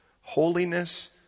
holiness